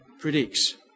predicts